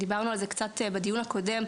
דיברנו על זה קצת בדיון הקודם,